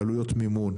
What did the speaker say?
בעלויות מימון.